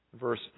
verse